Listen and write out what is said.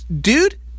dude